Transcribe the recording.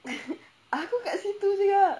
aku kat situ sia